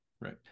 Right